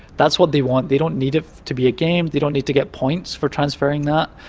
that's what they want, they don't need it to be a game, they don't need to get points for transferring that,